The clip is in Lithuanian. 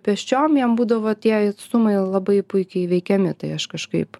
pėsčiom jam būdavo tie atstumai labai puikiai įveikiami tai aš kažkaip